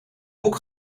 boek